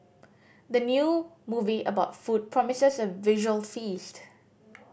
the new movie about food promises a visual feast